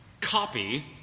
copy